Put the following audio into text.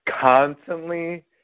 constantly